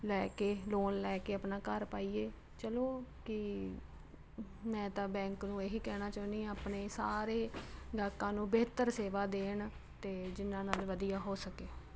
ਲੈ ਕੇ ਲੋਨ ਲੈ ਕੇ ਆਪਣਾ ਘਰ ਪਾਈਏ ਚਲੋ ਕੀ ਮੈਂ ਤਾਂ ਬੈਂਕ ਨੂੰ ਇਹ ਹੀ ਕਹਿਣਾ ਚਾਹੁੰਦੀ ਹਾਂ ਆਪਣੇ ਸਾਰੇ ਗਾਹਕਾਂ ਨੂੰ ਬਿਹਤਰ ਸੇਵਾ ਦੇਣ ਅਤੇ ਜਿਹਨਾਂ ਨਾਲ ਵਧੀਆ ਹੋ ਸਕੇ